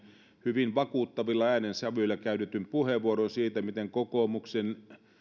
hyvin vakuuttavilla äänensävyillä käytetyn puheenvuoron siitä miten kokoomuksen